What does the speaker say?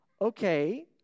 okay